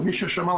למי ששמע,